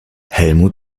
helmut